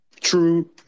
true